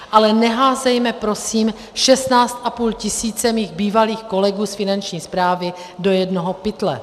Ale neházejme prosím 16,5 tisíce mých bývalých kolegů z Finanční správy do jednoho pytle.